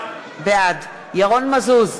בעד ירון מזוז,